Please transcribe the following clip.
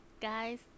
guys